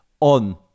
on